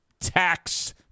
tax